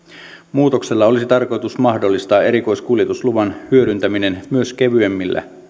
muutoksella olisi tarkoitus mahdollistaa erikoiskuljetusluvan hyödyntäminen myös kevyemmissä